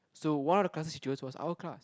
so one of the classes she choose was our class